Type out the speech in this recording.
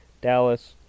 Dallas